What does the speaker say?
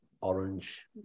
Orange